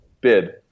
bid